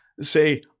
say